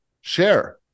share